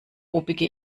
obige